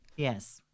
Yes